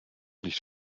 nicht